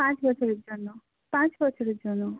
পাঁচ বছরের জন্য পাঁচ বছরের জন্য